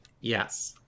Yes